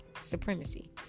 supremacy